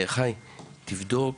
תודה.